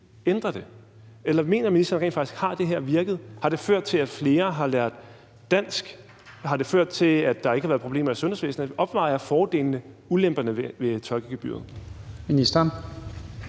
rent faktisk, at det har virket? Har det ført til, at flere har lært dansk, og har det ført til, at der ikke har været problemer i sundhedsvæsenet? Opvejer fordelene ulemperne ved tolkegebyret?